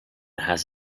has